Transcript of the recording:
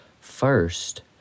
First